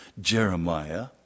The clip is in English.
Jeremiah